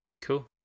Cool